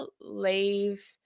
leave